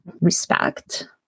respect